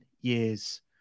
years